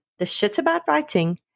theshitaboutwriting